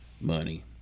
money